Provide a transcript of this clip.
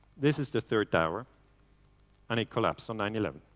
this is the third tower and it collapsed on nine eleven.